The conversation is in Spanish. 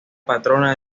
patrona